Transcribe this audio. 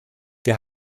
wir